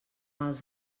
els